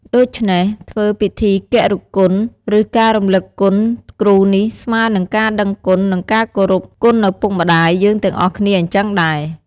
ដូច្នេះធ្វើពិធីគរុគុណ ឬ ការរំលឹកគុណគ្រូនេះស្មើរ និងការដឹងគុណនិងការគោរពគុណឪពុកម្តាយយើងទាំងអស់គ្នាអញ្ចឹងដែរ។